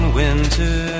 winter